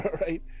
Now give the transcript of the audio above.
right